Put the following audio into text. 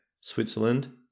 switzerland